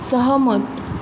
सहमत